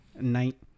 night